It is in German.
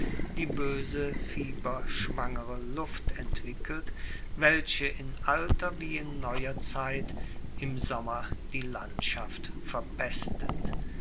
die boese fieberschwangere luft entwickelt welche in alter wie in neuer zeit im sommer die landschaft verpestet